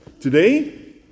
Today